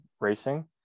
racing